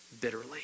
bitterly